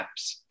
apps